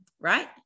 right